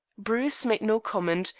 bruce made no comment,